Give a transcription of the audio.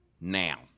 now